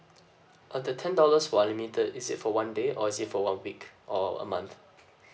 uh the ten dollars for unlimited is it for one day or is it for one week or a month